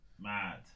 Mad